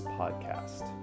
podcast